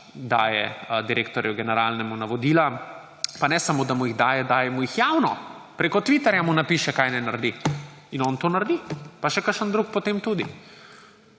direktorju navodila. Pa ne samo, da mu jih daje, daje mu jih javno, preko Twitterja mu napiše, kaj naj naredi. In on to naredi, pa še kakšen drug potem tudi.